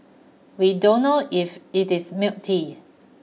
we don't know if it is milk tea